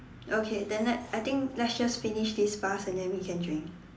okay then let's I think let's just finish this fast and then we can drink